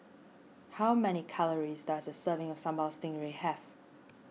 how many calories does a serving of Sambal Stingray have